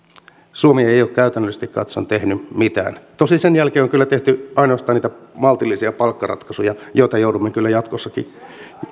suomi ei ole käytännöllisesti katsoen tehnyt mitään tosin sen jälkeen on kyllä tehty ainoastaan niitä maltillisia palkkaratkaisuja joita joudumme kyllä jatkossakin